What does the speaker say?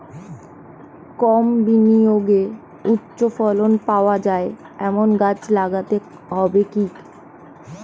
কম বিনিয়োগে উচ্চ ফলন পাওয়া যায় এমন গাছ লাগাতে হবে কি?